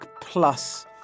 plus